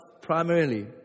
primarily